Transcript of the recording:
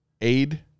Aid